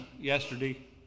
yesterday